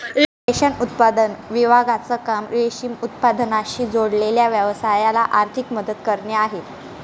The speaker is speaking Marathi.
रेशम उत्पादन विभागाचं काम रेशीम उत्पादनाशी जोडलेल्या व्यवसायाला आर्थिक मदत करणे आहे